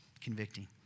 convicting